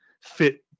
fit